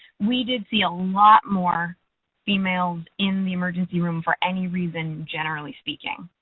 we did see a lot more females in the emergency room for any reason, generally speaking.